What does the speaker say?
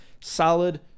Solid